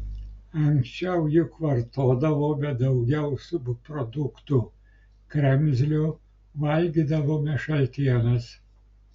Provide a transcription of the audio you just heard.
anksčiau juk vartodavome daugiau subproduktų kremzlių valgydavome šaltienas